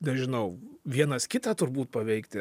nežinau vienas kitą turbūt paveikti